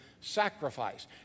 sacrifice